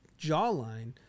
jawline